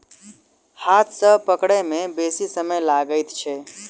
हाथ सॅ पकड़य मे बेसी समय लगैत छै